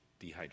dehydration